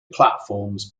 platforms